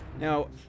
Now